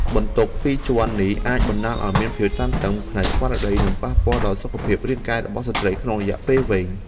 បន្ទុកពីរជាន់នេះអាចបណ្តាលឱ្យមានភាពតានតឹងផ្នែកស្មារតី និងប៉ះពាល់ដល់សុខភាពរាងកាយរបស់ស្ត្រីក្នុងរយៈពេលវែង។